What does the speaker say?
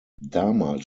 damals